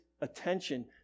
attention